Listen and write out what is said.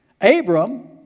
Abram